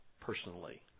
personally